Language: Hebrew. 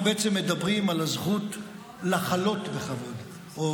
אנחנו בעצם מדברים על הזכות לחלות בכבוד או